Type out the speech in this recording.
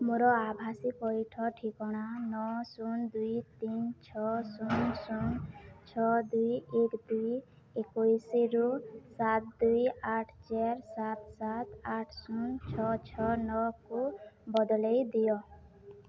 ମୋର ଆଭାସୀ ପଇଠ ଠିକଣା ନଅ ଶୂନ ଦୁଇ ତିନି ଛଅ ଶୂନ ଶୂନ ଛଅ ଦୁଇ ଏକ ଦୁଇ ଏକୋଉଷିରୁ ସାତ ଦୁଇ ଆଠ ଚାରି ସାତ ସାତ ଆଠ ଶୂନ ଛଅ ଛଅ ନଅକୁ ବଦଳାଇ ଦିଅ